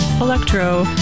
electro